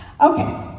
Okay